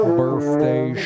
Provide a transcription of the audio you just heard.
birthday